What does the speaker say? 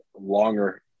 longer